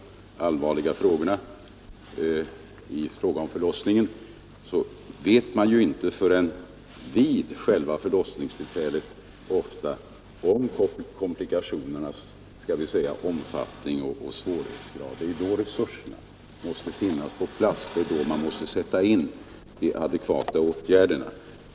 Man vet ofta inte förrän vid själva förlossningen komplikationernas omfattning och svårighetsgrad. Det är då resurserna måste finnas på plats. Det är då man måste kunna sätta in de adekvata åtgärderna.